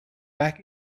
back